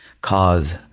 cause